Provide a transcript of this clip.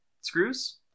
screws